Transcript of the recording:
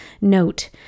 note